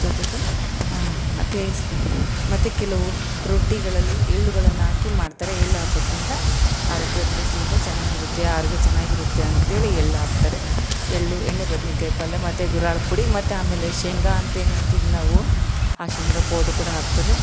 ಜೊತೆಗೆ ಮತ್ತು ಮತ್ತು ಕೆಲವು ರೊಟ್ಟಿಗಳಲ್ಲಿ ಎಳ್ಳುಗಳನ್ನು ಹಾಕಿ ಮಾಡ್ತಾರೆ ಎಳ್ಳು ಹಾಕೋದ್ರಿಂದ ಆರೋಗ್ಯದ ದೃಷ್ಟಿಯಿಂದ ಚೆನ್ನಾಗಿರುತ್ತೆ ಆರೋಗ್ಯ ಚೆನ್ನಾಗಿರುತ್ತೆ ಅಂತೇಳಿ ಎಳ್ಳು ಹಾಕ್ತಾರೆ ಎಳ್ಳು ಎಣ್ಣೆ ಬದನೇಕಾಯಿ ಪಲ್ಯ ಮತ್ತು ಗೂರಾಳ್ ಪುಡಿ ಮತ್ತು ಆಮೇಲೆ ಶೇಂಗಾ ಅಂತ ಏನು ಹೇಳ್ತಿವಿ ನಾವು ಆ ಶೇಂಗಾ ಪೌಡ್ರ್ ಕೂಡ ಹಾಕ್ತಾರೆ